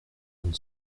une